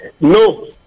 No